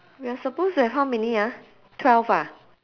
we are supposed to have how many ah twelve ah